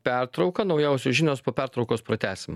pertrauką naujausios žinios po pertraukos pratęsim